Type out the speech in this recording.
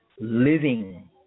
living